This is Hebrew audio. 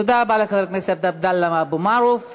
תודה רבה לחבר הכנסת עבדאללה אבו מערוף.